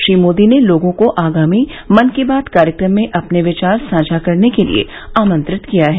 श्री मोदी ने लोगों को आगामी मन की बात कार्यक्रम में अपने विचार साझा करने के लिए आमंत्रित किया है